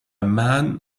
man